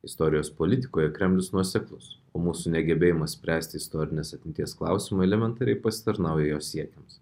istorijos politikoje kremlius nuoseklus o mūsų negebėjimas spręsti istorinės atminties klausimų elementariai pasitarnauja jo siekiams